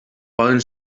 poden